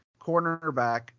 cornerback